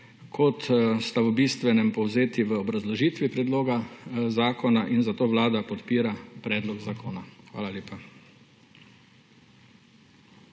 kot sta v bistvenem povzeti v obrazložitvi predloga zakona. Zato Vlada podpira predlog zakona. Hvala lepa.